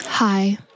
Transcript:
Hi